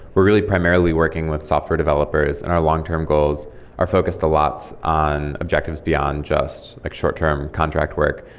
we're really primarily working with software developers. and our long-term goals are focused a lot on objectives beyond just like short term contract work.